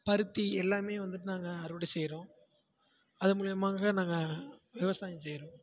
பருத்தி எல்லாமே வந்துட்டு நாங்கள் அறுவடை செய்கிறோம் அதன் மூலயமாக நாங்கள் விவசாயம் செய்கிறோம்